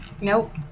Nope